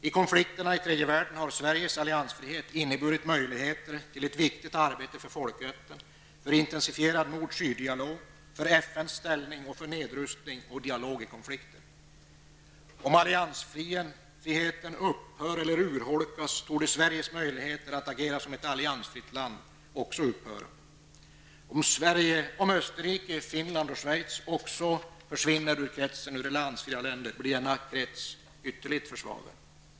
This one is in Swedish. I konflikterna i tredje världen har Sveriges alliansfrihet inneburit möjligheter till ett viktigt arbete för folkrätten, för en intensifierad nord-- syd-dialog, för FNs ställning och för nedrustning och dialog i konflikter. Om alliansfriheten upphör eller urholkas torde Sveriges möjligheter att agera som ett alliansfritt land också upphöra. Om Österrike, Finland och Schweiz också försvinner ur kretsen av alliansfria länder blir denna krets ytterligare försvagad.